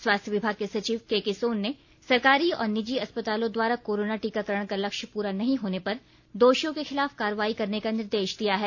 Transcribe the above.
स्वास्थ्य विभाग के सचिव के के सोन ने सरकारी और निजी अस्पतालों द्वारा कोरोना टीकाकरण का लक्ष्य पूरा नहीं करने पर दोषियों के खिलाफ कार्रवाई करने का निर्देश दिया है